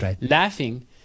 laughing